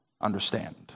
understand